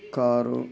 car